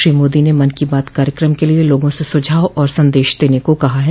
श्री मोदी ने मन की बात कार्यक्रम के लिए लोगों से सुझाव और संदेश देने को कहा है